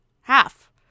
half